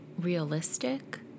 realistic